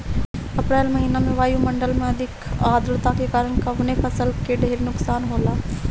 अप्रैल महिना में वायु मंडल में अधिक आद्रता के कारण कवने फसल क ढेर नुकसान होला?